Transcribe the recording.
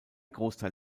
großteil